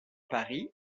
paris